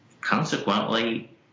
consequently